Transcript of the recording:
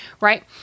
right